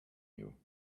you